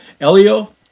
Elio